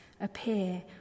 appear